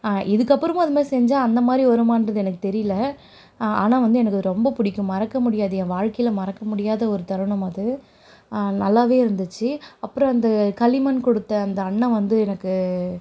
இதுக்கப்புறமும் அதுமாதிரி செஞ்சால் அந்தமாதிரி வருமாங்றது எனக்கு தெரியலை ஆனால் வந்து எனக்கு ரொம்ப பிடிக்கும் மறக்க முடியாது என் வாழ்க்கையில் மறக்க முடியாத ஒரு தருணம் அது நல்லாவே இருந்துச்சு அப்புறம் அந்த களிமண் கொடுத்த அந்த அண்ணன் வந்து எனக்கு